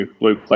Luke